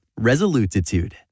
resolutitude